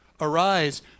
Arise